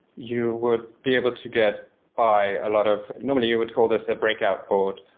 you would be able to get buy a lot of normally, you would call this a breakout board.